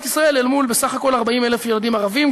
ישראל אל מול בסך הכול 40,000 ילדים ערבים,